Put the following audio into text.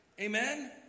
Amen